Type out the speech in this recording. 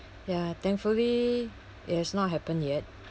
ya thankfully it has not happened yet